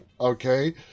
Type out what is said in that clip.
okay